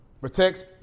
Protects